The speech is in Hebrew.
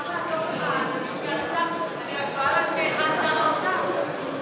3(ב), במקום "500" יבוא "200"; (3)